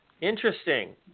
Interesting